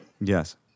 Yes